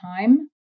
time